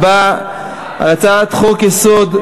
הצבעה על הצעת חוק-יסוד: